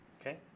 Okay